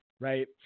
Right